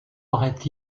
aurait